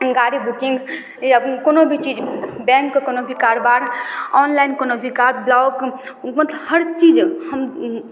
गाड़ी बुकिंग या कोनो भी चीज बैंकके कोनो भी कारोबार ऑनलाइन कोनो भी कार्ड ब्लॉक ओ हर चीज हम